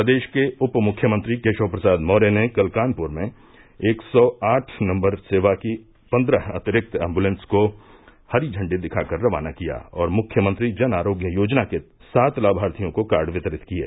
प्रद्रेश के उप मुख्यमंत्री केशव प्रसाद मौर्य ने कल कानप्र में एक सौ आठ नम्बर सेवा की पन्द्रह अतिरिक्त एम्बुलेन्स को हरी झण्डी दिखाकर रवाना किया और मुख्यमंत्री जन आरोग्य योजना के सात लाभार्थियों को कार्ड वितरित किये